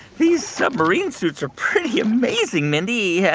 these submarine suits are pretty amazing, mindy. yeah